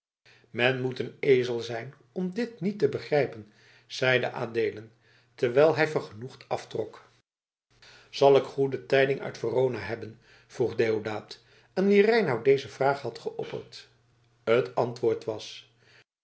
men moest een ezel zijn om dit niet te begrijpen zeide adeelen terwijl hij vergenoegd aftrok zal ik goede tijding uit verona hebben vroeg deodaat aan wien reinout deze vraag had geopperd het antwoord was